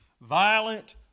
violent